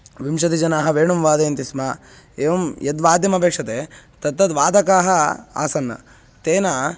विंशतिजनाः वेणुं वादयन्ति स्म एवं यद्वाद्यमपेक्षते तत्तद्वादकाः आसन् तेन